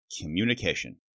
Communication